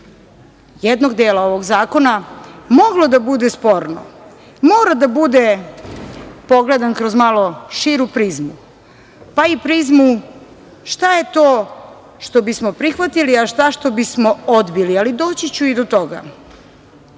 jednog dela ovog zakona moglo da bude sporno, mora da bude pogledan kroz malo širu prizmu, pa i prizmu šta je to što bi smo prihvatili, a šta što bi smo odbili. Doći ću i do